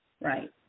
Right